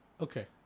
Okay